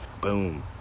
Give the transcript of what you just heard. Boom